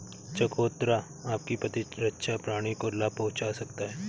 चकोतरा आपकी प्रतिरक्षा प्रणाली को लाभ पहुंचा सकता है